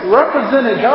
represented